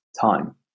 time